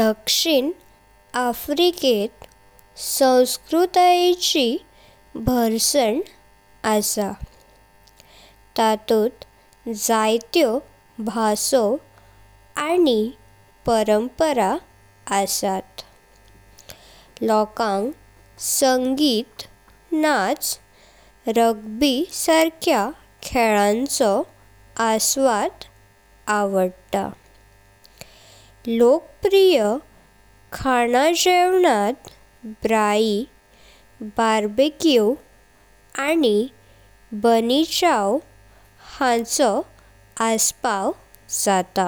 दक्षिण अफ्रीका'एत संस्कृतेयेचि भार्सन आस। तातुथ जाई त्यो बाँसो आनी परंपरा आसत। लोकांक संगीत, नाच, रग्बी सर्क्या खेलाचोय आस्वाद आवडत। लोकप्रिय खाना जेवनात ब्राई (बारबेक्यू) आनी बनी चौ हाँचो आस्पाव जात।